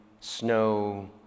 snow